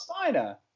Steiner